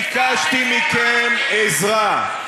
למה, ביקשתי מכם עזרה.